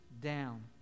down